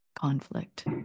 conflict